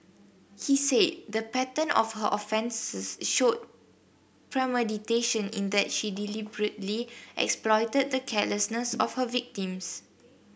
he said the pattern of her offences showed premeditation in that she deliberately exploited the carelessness of her victims